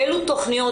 אלו תכוניות,